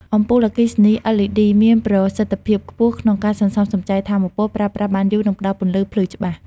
អំពូលអគ្គិសនី LED មានប្រសិទ្ធភាពខ្ពស់ក្នុងការសន្សំសំចៃថាមពល ប្រើប្រាស់បានយូរ និងផ្តល់ពន្លឺភ្លឺច្បាស់។